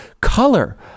color